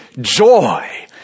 joy